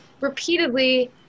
repeatedly